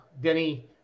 Denny